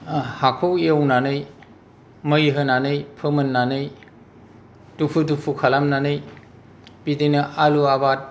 हाखौ एवनानै मै होनानै फोमोननानै दुफु दुफु खालामनानै बिदिनो आलु आबाद